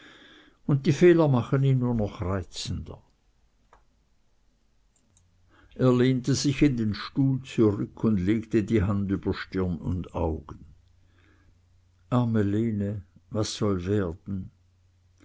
und die fehler machen ihn nur noch reizender er lehnte sich in den stuhl zurück und legte die hand über stirn und augen arme lene was soll werden